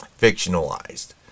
fictionalized